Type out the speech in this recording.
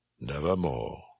nevermore